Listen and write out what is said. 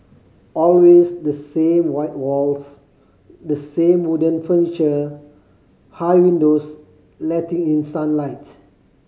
always the same white walls the same wooden furniture high windows letting in sunlight